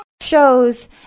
shows